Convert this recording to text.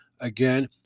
again